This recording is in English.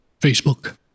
Facebook